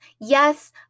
yes